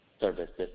services